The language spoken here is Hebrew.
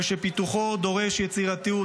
ושפיתוחו דורש יצירתיות,